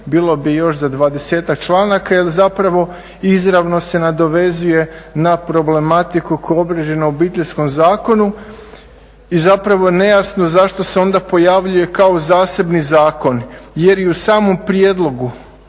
bilo bi još za 20-tak članaka jer zapravo izravno se nadovezuje na problematiku koja je obrađena u Obiteljskom zakonu. I zapravo je nejasno zašto se onda pojavljuje kao zasebni zakon jer i u samom prijedlogu